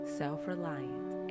self-reliant